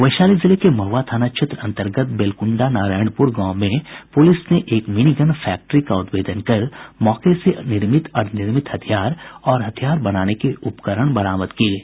वैशाली जिले के महुआ थाना क्षेत्र अंतर्गत बेलकुंडा नारायणपुर गांव में पुलिस ने एक मिनीगन फैक्ट्री का उद्भेदन कर मौके से निर्मित अर्द्वनिर्मित हथियार और हथियार बनाने के उपकरण बरामद किये हैं